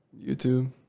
YouTube